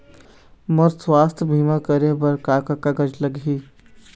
मोर स्वस्थ बीमा करे बर का का कागज लगही?